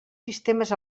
sistemes